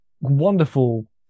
wonderful